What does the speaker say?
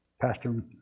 Pastor